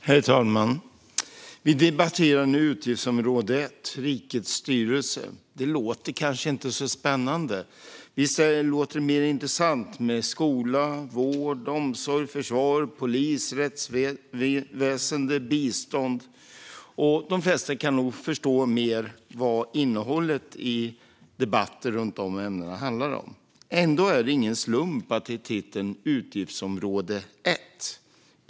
Herr talman! Vi debatterar nu utgiftsområde 1 Rikets styrelse. Det låter kanske inte så spännande. Det låter däremot mer intressant med skola, vård, omsorg, försvar, polis, rättsväsen och bistånd, och de flesta förstår nog mer vad innehållet i debatter om de ämnena handlar om. Ändå är det ingen slump att titeln är utgiftsområde 1.